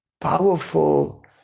powerful